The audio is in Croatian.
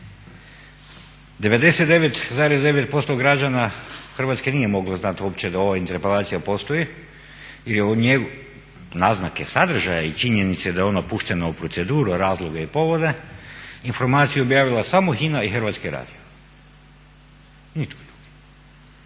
99,9% građana Hrvatske nije moglo znati uopće da ova interpelacija postoje jer je u njoj, naznake sadržaja i činjenice da je ona puštena u proceduru razloge i povode informaciju objavila samo HINA i Hrvatski radio. Nitko